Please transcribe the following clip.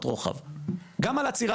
חשוב מאוד, נכון.